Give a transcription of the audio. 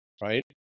right